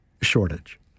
shortage